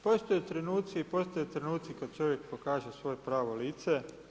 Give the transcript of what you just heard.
Postoje trenuci i postoje trenuci kada čovjek pokaže svoje zdravo lice.